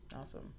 Awesome